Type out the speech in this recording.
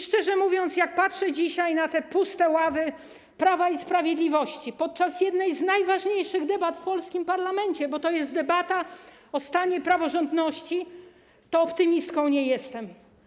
Szczerze mówiąc, gdy patrzę na te puste ławy Prawa i Sprawiedliwości podczas jednej z najważniejszych debat w polskim parlamencie, bo to jest debata o stanie praworządności, to optymistką nie jestem.